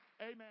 Amen